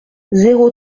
zéro